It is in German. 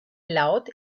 laut